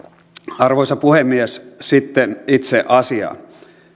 arvoisa puhemies sitten itse asiaan